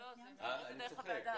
אני צוחק.